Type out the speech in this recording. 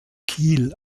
kiel